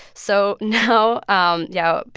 so now um yeah.